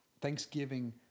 Thanksgiving